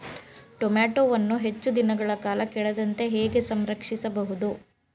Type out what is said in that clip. ಟೋಮ್ಯಾಟೋವನ್ನು ಹೆಚ್ಚು ದಿನಗಳ ಕಾಲ ಕೆಡದಂತೆ ಹೇಗೆ ಸಂರಕ್ಷಿಸಬಹುದು?